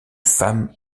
femme